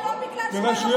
זה לא בגלל שהוא ערבי.